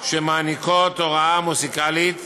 שמעניקות הוראה מוזיקלית,